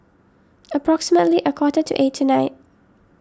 approximately a quarter to eight tonight